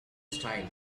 style